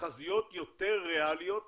תחזיות יותר ריאליות